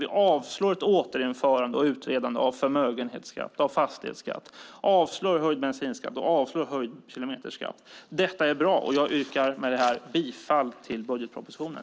Vi avslår ett återinförande och utredande av förmögenhetsskatt och fastighetsskatt. Vi avslår höjd bensinskatt, och vi avslår höjd kilometerskatt. Det är bra. Jag yrkar härmed bifall till förslaget i budgetpropositionen.